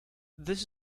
this